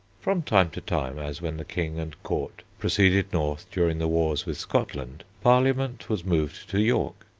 from time to time, as when the king and court proceeded north during the wars with scotland, parliament was moved to york,